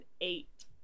eight